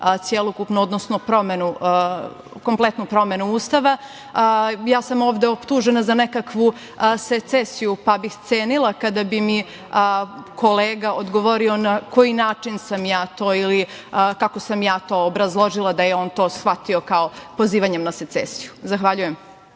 celokupnu, odnosno kompletnu promenu Ustava. Ja sam ovde optužena za nekakvu secesiju pa bih cenila kada bi mi kolega odgovorio na koji način sam ja to ili kako sam ja to obrazložila da je on to shvatio kao pozivanjem secesiju? Zahvaljujem.